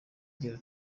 igira